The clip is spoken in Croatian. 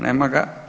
Nema ga.